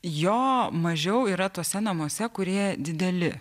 jo mažiau yra tuose namuose kurie dideli